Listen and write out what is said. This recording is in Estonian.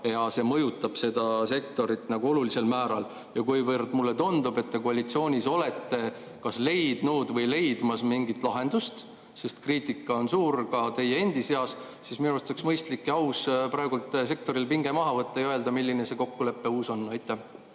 ja see mõjutab seda sektorit olulisel määral. Kuna mulle tundub, et te koalitsioonis olete kas leidnud või leidmas mingit lahendust, sest kriitika on suur ka teie endi seas, siis minu arvates oleks mõistlik ja aus praegu sektorilt pinge maha võtta ja öelda, milline see uus kokkulepe on. Aitäh!